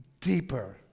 deeper